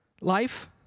life